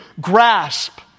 grasp